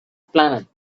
planet